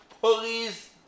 police